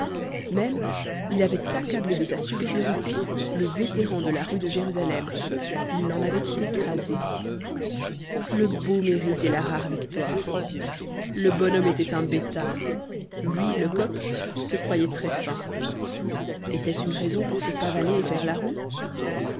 même il avait accablé de sa supériorité le vétéran de la rue de jérusalem il l'en avait écrasé le beau mérite et la rare victoire le bonhomme était un bêta lui lecoq se croyait très-fin était-ce une raison pour se pavaner et faire la roue